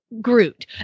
Groot